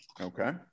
Okay